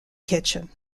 kitchen